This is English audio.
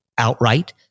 outright